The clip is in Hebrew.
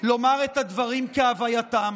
לומר את הדברים כהווייתם.